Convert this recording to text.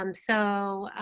um so,